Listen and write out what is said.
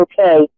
okay